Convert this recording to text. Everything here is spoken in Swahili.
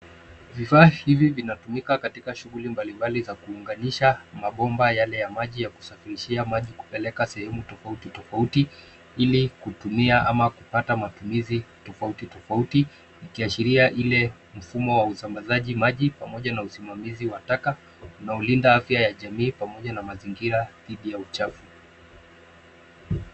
Vifaa hivi vinatumika katika shughuli mbalimbali za kuunganisha mabomba yale ya maji ya kusafirishia maji kupeleka sehemu tofauti tofauti ili kutumia ama kupata matumizi tofauti tofauti ikiashiria ile mfumo wa usambazaji maji pamoja na usimamizi wa taka unaolinda afya ya jamii pamoja na mazingira dhidi ya uchafu.